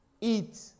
eat